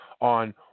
on